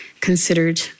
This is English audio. considered